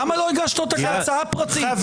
למה לא הגשת אותה כהצעה פרטית?